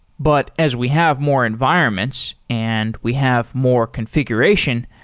but as we have more environments and we have more configuration,